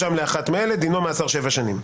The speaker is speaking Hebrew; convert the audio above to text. "דינו מאסר שבע שנים".